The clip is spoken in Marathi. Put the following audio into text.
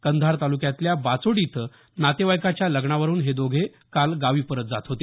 कंधार तालुक्यातल्या बाचोटी इथं नातेवाईकाच्या लग्नावरुन हे दोघे गावी परत जात होते